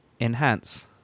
enhance